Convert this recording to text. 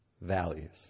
values